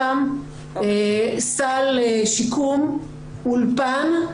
--- שמלווה אותן, סל שיקום, אולפן,